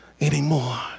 anymore